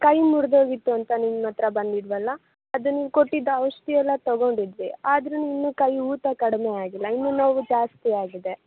ಕೈ ಮುರಿದೋಗಿತ್ತು ಅಂತ ನಿಮ್ಮತ್ತಿರ ಬಂದಿದ್ವಲ್ಲಾ ಅದು ನೀವು ಕೊಟ್ಟಿದ್ದ ಔಷಧಿ ಎಲ್ಲ ತಗೊಂಡಿದ್ವಿ ಆದ್ರು ಇನ್ನು ಕೈ ಊತ ಕಡಿಮೆ ಆಗಿಲ್ಲ ಇನ್ನು ನೋವು ಜಾಸ್ತಿ ಆಗಿದೆ